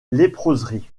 léproserie